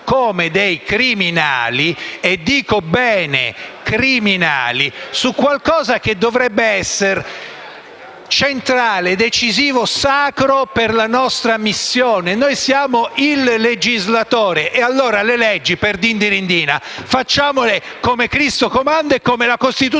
come dei criminali - e dico bene: «criminali» - su qualcosa che dovrebbe essere centrale, decisivo e sacro per la nostra missione. Noi siamo il legislatore e allora - perdindirindina! - le leggi facciamole come Cristo comanda e come la Costituzione